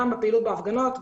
גם בפעילות בהפגנות,